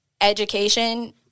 education